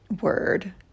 word